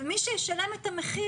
ומי שישלם את המחיר,